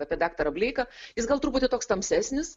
apie daktarą bleiką jis gal truputį toks tamsesnis